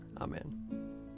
Amen